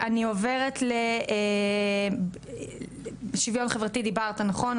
אני עוברת לשוויון חברתי דברת, נכון?